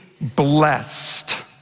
blessed